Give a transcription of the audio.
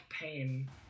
pain